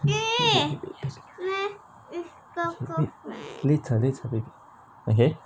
later later baby okay